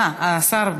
אה, השר.